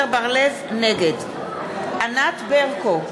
נגד ענת ברקו,